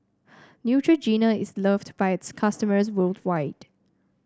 Neutrogena is loved by its customers worldwide